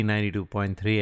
92.3